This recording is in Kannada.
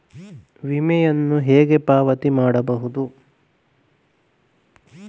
ವಿಮೆಯನ್ನು ಹೇಗೆ ಪಾವತಿ ಮಾಡಬಹುದು?